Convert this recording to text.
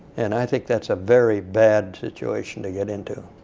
and i think that's a very bad situation to get into.